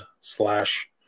slash